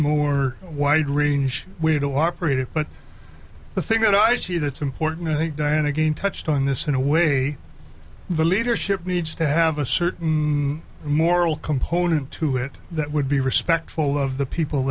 more wide range we need to operate it but the thing that i see that's important i think diane again touched on this in a way the leadership needs to have a certain moral component to it that would be respectful of the people